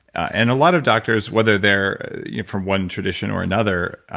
and a lot of doctors, whether they're from one tradition or another,